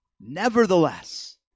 Nevertheless